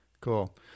Cool